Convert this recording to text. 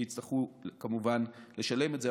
והם יצטרכו כמובן לשלם את זה,